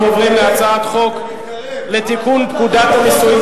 אנחנו עוברים להצעת חוק לתיקון פקודת הנישואין